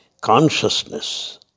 consciousness